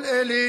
כל אלה